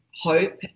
hope